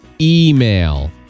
email